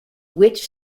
which